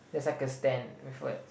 there's like a stand with words